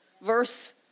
Verse